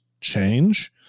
change